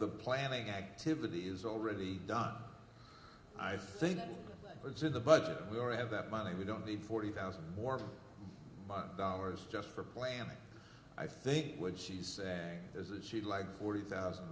the planning activity is already done i think it's in the budget we already have that money we don't need forty thousand more dollars just for planning i think what she said was that she'd like forty thousand